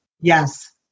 Yes